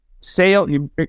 Sale